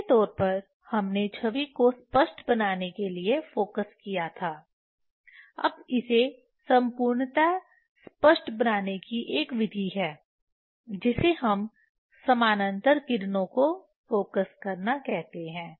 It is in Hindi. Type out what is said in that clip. मोटे तौर पर हमने छवि को स्पष्ट बनाने के लिए फोकस किया था अब इसे संपूर्णत स्पष्ट बनाने की एक विधि है जिसे हम समानांतर किरणों को फोकस करना कहते हैं